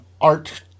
art